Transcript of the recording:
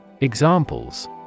Examples